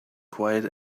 quiet